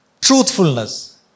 truthfulness